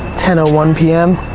ten one pm,